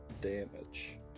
damage